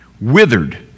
withered